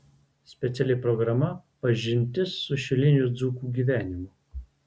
speciali programa pažintis su šilinių dzūkų gyvenimu